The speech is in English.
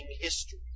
history